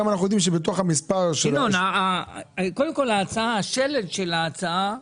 ינון, קודם כל השלד של ההצעה,